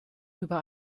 über